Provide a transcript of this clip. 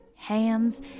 hands